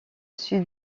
sud